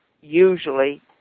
usually